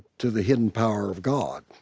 to the hidden power of god